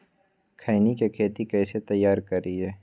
खैनी के खेत कइसे तैयार करिए?